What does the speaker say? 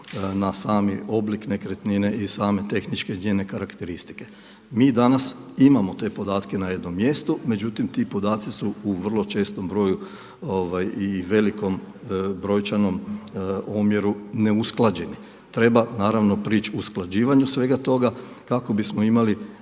na sami oblik nekretnine i same tehničke njene karakteristike. Mi danas imamo te podatke na jednom mjestu, međutim tim podaci su u vrlo čestom broju i velikom brojčanom omjeru ne usklađeni. Treba naravno prići usklađivanju svega toga kako bismo imali